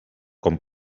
com